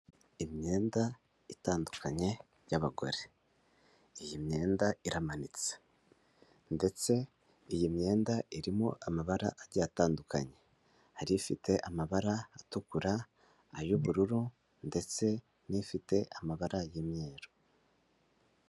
Imyenda itandukanye y'abagore; iyi myenda iramanitse, ndetse iyi myenda irimo amabara agiye atandukanye. Hari ifite amabara atukura, ay'ubururu, ndetse n'ifite amabara y'imyeru.